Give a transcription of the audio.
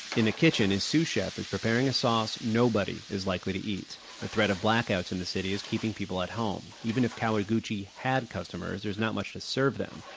in the kitchen, his sous chef is preparing a sauce nobody is likely to eat. the threat of blackouts in the city is keeping people at home. even if kawaguchi had customers, there's not much to serve them.